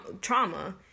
trauma